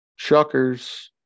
shuckers